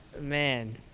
Man